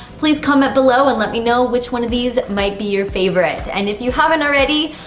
please come at below and let me know which one of these might be your favorite. and if you haven't already,